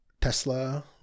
Tesla